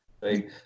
Right